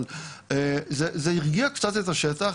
אבל זה הרגיע קצת את השטח.